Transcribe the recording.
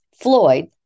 Floyd